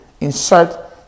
insert